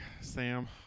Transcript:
sam